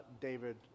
David